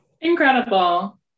Incredible